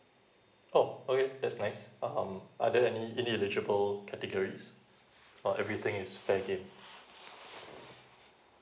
oh okay that's nice um are there any any eligible categories or everything is fair game